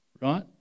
Right